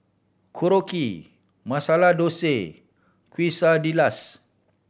Korokke Masala Dosa Quesadillas